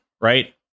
right